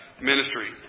ministry